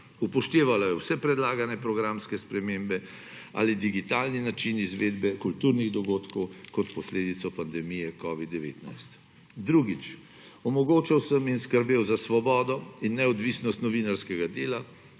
Upoštevalo je vse predlagane programske spremembe ali digitalni način izvedbe kulturnih dogodkov kot posledico pandemije covid-19. Drugič. Omogočal sem in skrbel za svobodo in neodvisnost novinarskega dela